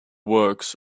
works